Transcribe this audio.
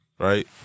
Right